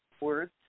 words